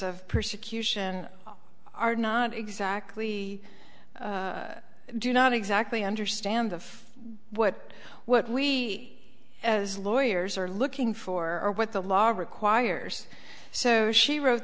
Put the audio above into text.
of persecution are not exactly do not exactly understand of what what we as lawyers are looking for or what the law requires so she wrote